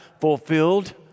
fulfilled